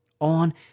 on